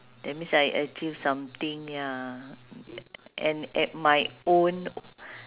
that means I achieve something ya and at my own